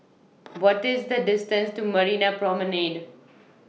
What IS The distance to Marina Promenade